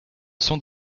sont